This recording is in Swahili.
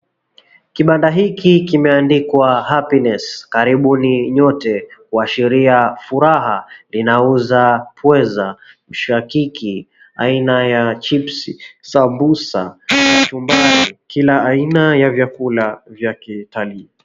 Kibanda hiki kimeandikwa Happiness karibuni nyote kuashiria furaha linauza pweza, shakiki aina ya chipsi, sambusa, kachumbari, kila aina ya vyakula vya kitalii.